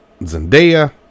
Zendaya